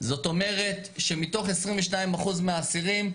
זאת אומרת שמתוך 22% מהאסירים,